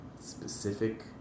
specific